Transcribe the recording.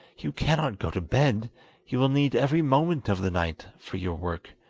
you cannot go to bed you will need every moment of the night for your work.